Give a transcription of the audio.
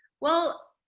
well,